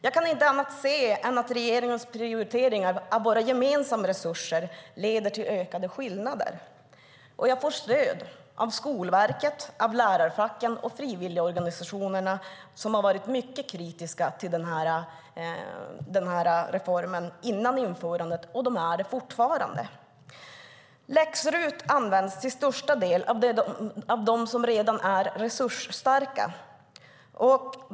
Jag kan inte se annat än att regeringens prioriteringar av våra gemensamma resurser leder till ökade skillnader. Jag får stöd av Skolverket, lärarfacken och frivilligorganisationerna, som var mycket kritiska till reformen innan den infördes och fortfarande är det. Läx-RUT används till största delen av dem som redan är resursstarka.